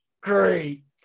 Great